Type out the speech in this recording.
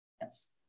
Yes